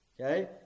Okay